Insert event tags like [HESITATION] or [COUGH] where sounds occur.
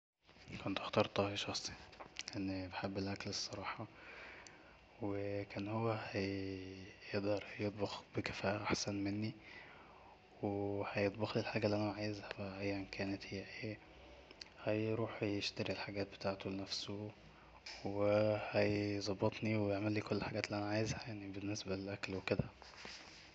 كنت هختار طاهي شخصي لأني بحب الأكل بصراحةو [HESITATION] كان هو هيقدر يطبخ بكفائة أحسن مني و [HESITATION] هيطبخلي الحاجة اللي أنا عايزها أيا كانت هي اي وهيروح يشتري الحجات بتاعته لنفسه وهيظبطني ويعملي كل الحجات اللي انا عايزها يعني بالنسبة للأكل وكده